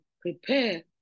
prepare